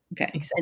Okay